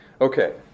Okay